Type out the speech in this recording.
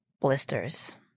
blisters